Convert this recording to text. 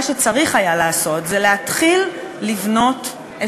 מה שצריך היה לעשות זה להתחיל לבנות את